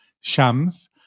SHAMS